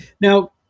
Now